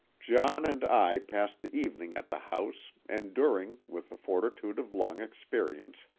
john and i passed the evening at the house, enduring, with the fortitude of long experience,